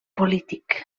polític